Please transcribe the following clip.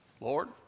Lord